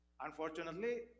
unfortunately